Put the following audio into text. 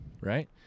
Right